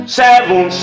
seven